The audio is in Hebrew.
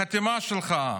בחתימה שלך.